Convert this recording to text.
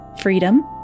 freedom